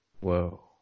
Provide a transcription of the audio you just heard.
Whoa